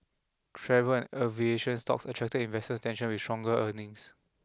travel and aviation stocks attracted investor attention with stronger earnings